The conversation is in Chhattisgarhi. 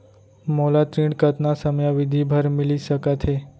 मोला ऋण कतना समयावधि भर मिलिस सकत हे?